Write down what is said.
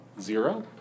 zero